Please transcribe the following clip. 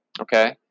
okay